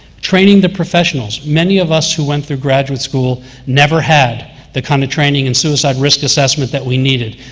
training the professionals. many of us who went through graduate school never had the kind of training in suicide risk assessment that we needed.